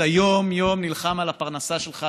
אתה יום-יום נלחם על הפרנסה שלך,